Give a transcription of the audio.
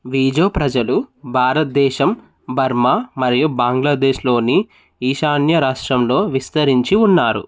వీజో ప్రజలు భారతదేశం బర్మా మరియు బంగ్లాదేశ్లోని ఈశాన్య రాష్ట్రంలో విస్తరించి ఉన్నారు